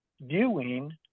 viewing